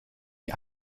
die